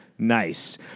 Nice